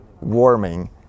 warming